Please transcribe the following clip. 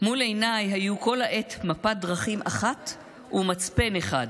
"מול עיניי היו כל העת מפת דרכים אחת ומצפן אחד: